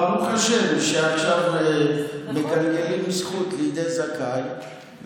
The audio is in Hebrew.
ברוך השם שעכשיו מגלגלים זכות לידי זכאי.